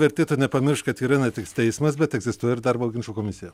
vertėtų nepamiršt kad yra ne tik teismas bet egzistuoja ir darbo ginčų komisija